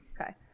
okay